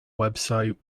website